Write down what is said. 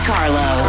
Carlo